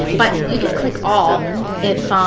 but you can click all if um